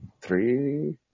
three